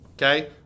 okay